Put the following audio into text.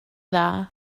dda